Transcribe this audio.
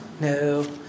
No